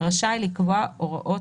רשאי לקבוע הוראות,